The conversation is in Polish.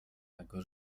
mego